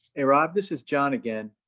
and rob, this is john again.